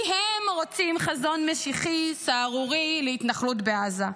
כי הם רוצים חזון משיחי סהרורי להתנחלות בעזה.